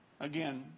Again